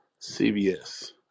CBS